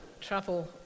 travel